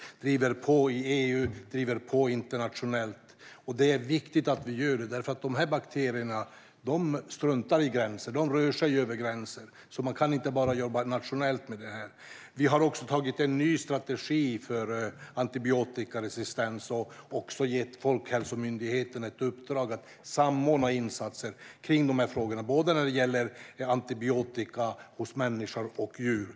Vi driver på i EU och internationellt, och det är viktigt att vi gör det. Dessa bakterier struntar i gränser och rör sig över gränserna. Man kan inte jobba bara nationellt med detta. Vi har också antagit en ny strategi för antibiotikaresistens och gett Folkhälsomyndigheten ett uppdrag att samordna insatserna när det gäller antibiotika hos både människor och djur.